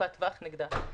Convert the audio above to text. ארוכת טווח נגדה.